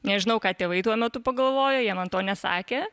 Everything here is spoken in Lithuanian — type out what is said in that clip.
nežinau ką tėvai tuo metu pagalvojo jie man to nesakė